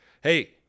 Hey